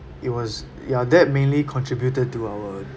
it was ya that mainly contributed to our